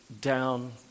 down